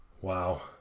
Wow